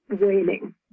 waning